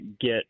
get